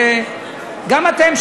גם אתם,